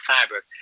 fabric